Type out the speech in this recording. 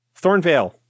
Thornvale